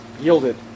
yielded